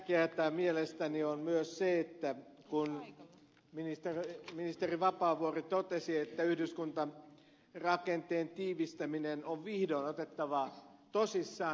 tärkeätä mielestäni on myös se että ministeri vapaavuori totesi että yhdyskuntarakenteen tiivistäminen on vihdoin otettava tosissaan